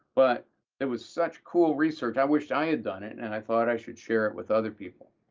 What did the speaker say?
but it was such cool research. i wish i had done it, and i thought i should share it with other people,